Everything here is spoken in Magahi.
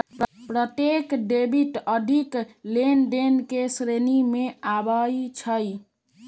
प्रत्यक्ष डेबिट आर्थिक लेनदेन के श्रेणी में आबइ छै